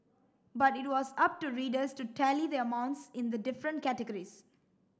but it was up to readers to tally the amounts in the different categories